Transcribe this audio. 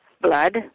blood